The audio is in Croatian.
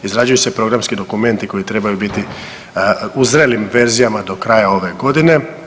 Izrađuju se programski dokumenti koji trebaju biti u zrelim verzijama do kraja ove godine.